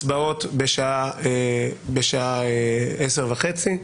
הצבעות בשעה 10:30,